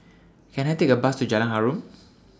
Can I Take A Bus to Jalan Harum